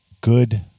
good